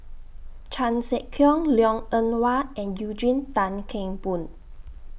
Chan Sek Keong Liang Eng Hwa and Eugene Tan Kheng Boon